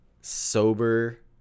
sober